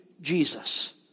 Jesus